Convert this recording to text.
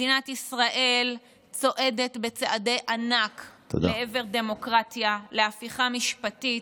מדינת ישראל צועדת בצעדי ענק להפיכה משפטית,